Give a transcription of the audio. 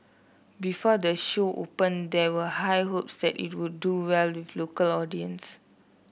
before the show opened there were high hopes that it would do well with local audiences